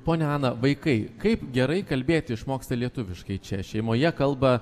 ponia ana vaikai kaip gerai kalbėti išmoksta lietuviškai čia šeimoje kalba